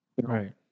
Right